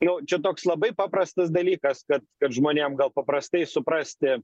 jau čia toks labai paprastas dalykas kad kad žmonėm gal paprastai suprasti